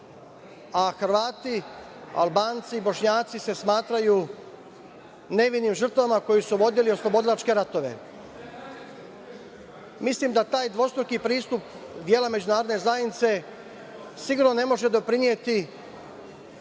a Hrvati, Albanci i Bošnjaci se smatraju nevinim žrtvama koji su vodili oslobodilačke ratove. Mislim da taj dvostruki pristup dela međunarodne zajednice sigurno ne može doprineti